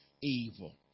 evil